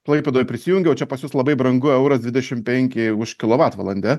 klaipėdoj prisijungiau čia pas jus labai brangu euras dvidešim penki už kilovatvalandę